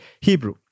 Hebrew